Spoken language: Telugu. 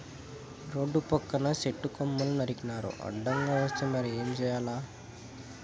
రోడ్ల పక్కన సెట్టు కొమ్మలు నరికినారు అడ్డంగా వస్తే మరి ఏం చేయాల